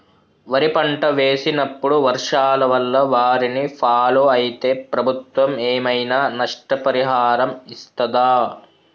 వరి పంట వేసినప్పుడు వర్షాల వల్ల వారిని ఫాలో అయితే ప్రభుత్వం ఏమైనా నష్టపరిహారం ఇస్తదా?